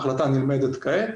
ההחלטה נלמדת כעת.